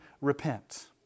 repent